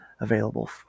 available